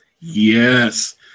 Yes